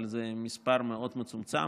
אבל זה מספר מאוד מצומצם.